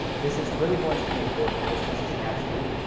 this is really going to be important, this position absolute,